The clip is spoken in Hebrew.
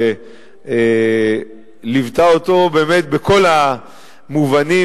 וליוותה אותו בכל המובנים,